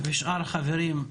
ושאר החברים.